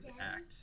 act